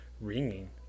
ringing